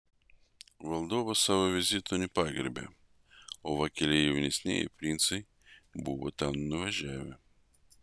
valdovas savo vizitu nepagerbė o va keli jaunesnieji princai buvo ten nuvažiavę